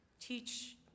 teach